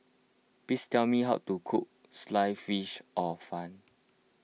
please tell me how to cook Sliced Fish Hor Fun